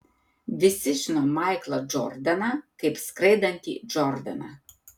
visi žino maiklą džordaną kaip skraidantį džordaną